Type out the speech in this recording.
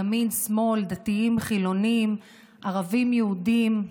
ימין שמאל, דתיים חילונים, ערבים יהודים.